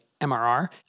MRR